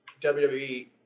WWE